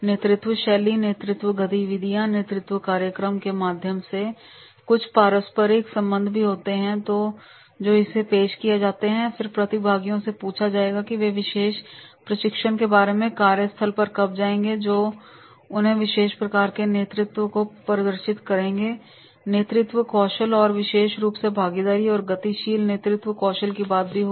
नेतृत्व शैली नेतृत्व गतिविधियों और नेतृत्व कार्यक्रमों के माध्यम से कुछ पारस्परिक संबंध भी होते हैं ताकि इसे पेश किया जाए और फिर यह प्रतिभागियों से पूछे जाएगा कि वे इस विशेष प्रशिक्षण के बाद कार्यस्थल पर कब जाएंगे तो उन विशेष प्रकार के नेतृत्व को प्रदर्शित करेगे नेतृत्व कौशल और विशेष रूप से भागीदारी और गतिशील नेतृत्व कौशल की बात भी होगी